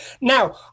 Now